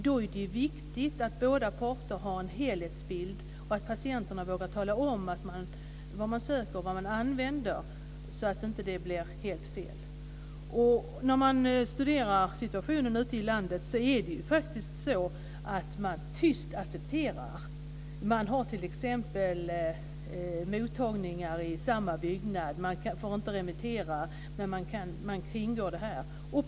Då är det viktigt att båda parter har en helhetsbild och att patienterna vågar tala om vad de använder när de söker, så att det inte blir helt fel. Situationen ute i landet är den att man accepterar tyst. Det finns mottagningar i samma byggnad. Det är inte tillåtet att remittera, men det kringgås.